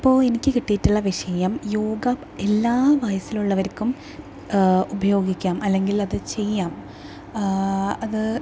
ഇപ്പോൾ എനിക്ക് കിട്ടിയിട്ടുള്ള വിഷയം യോഗ എല്ലാ വയസ്സിലുള്ളവർക്കും ഉപയോഗിക്കാം അല്ലെങ്കിൽ അത് ചെയ്യാം അത്